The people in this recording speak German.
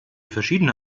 verschiedene